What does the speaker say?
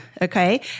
Okay